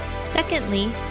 Secondly